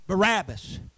Barabbas